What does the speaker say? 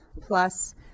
plus